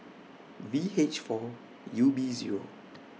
V H four U B Zero